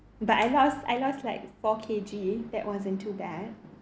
but I lost I lost like four K_G that wasn't too bad